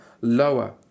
lower